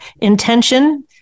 intention